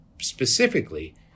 specifically